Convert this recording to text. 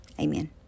Amen